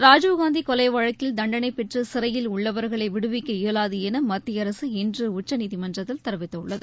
ராஜீவ்காந்தி கொலை வழக்கில் தண்டனை பெற்று சிறையில் உள்ளவர்களை விடுவிக்க இயலாது என மத்திய அரசு இன்று உச்சநீதிமன்றத்தில் தெரிவித்துள்ளது